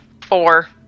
four